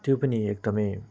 त्यो पनि एकदमै